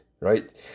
right